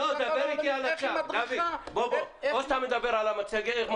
איך היא מדריכה -- או שאתה מדבר על המצגת,